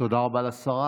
תודה רבה לשרה.